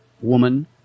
woman